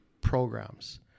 programs